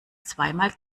zweimal